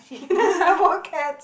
poor cats